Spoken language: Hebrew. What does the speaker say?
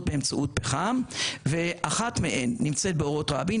באמצעות פחם ואחת מהן נמצאת באורות רבין,